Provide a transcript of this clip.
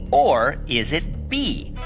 or is it b,